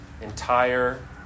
entire